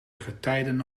getijden